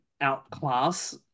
outclass